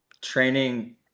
training